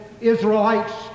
Israelites